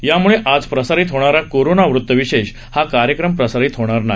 यामुळे आज प्रसारित होणारा कोरोनावतविशेष हा कार्यक्रम प्रसारित होणार नाही